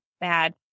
bad